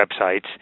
websites